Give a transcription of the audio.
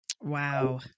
Wow